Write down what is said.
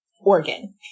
organ